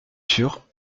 sûre